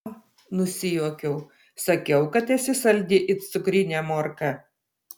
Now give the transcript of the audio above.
a nusijuokiau sakiau kad esi saldi it cukrinė morka